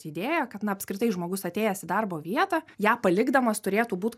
idėją kad na apskritai žmogus atėjęs į darbo vietą ją palikdamas turėtų būt